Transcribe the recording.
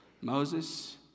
Moses